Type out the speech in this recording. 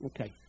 Okay